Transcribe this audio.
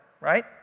right